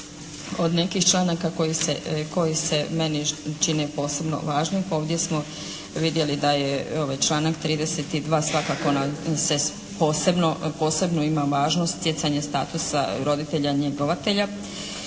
od nekih članaka koji se meni čine posebno važnim, ovdje smo vidjeli da je članak 32. posebno ima važnost stjecanja statusa roditelja njegovatelja